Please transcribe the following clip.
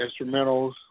instrumentals